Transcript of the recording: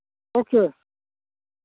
okay